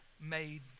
made